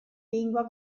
lingua